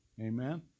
Amen